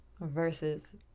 versus